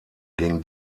gegen